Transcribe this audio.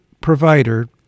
provider